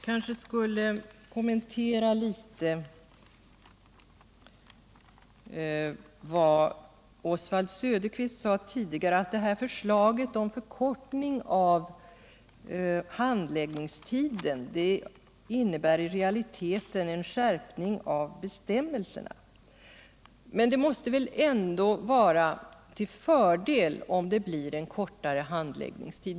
Jag vill sedan kommentera vad Oswald Söderqvist tidigare sade, nämligen att förslaget om förkortning av handläggningstiden i realiteten innebär en skärpning av bestämmelserna. Men en kortare handläggningstid måste väl ändå vara till fördel.